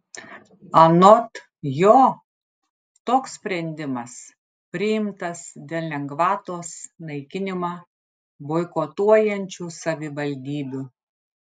anot jo toks sprendimas priimtas dėl lengvatos naikinimą boikotuojančių savivaldybių